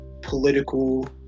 political